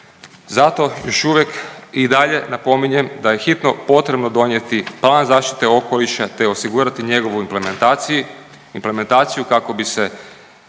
Zato još uvijek i dalje napominjem da je hitno potrebno donijeti plan zaštite okoliša te osigurati njegovu implementaciji,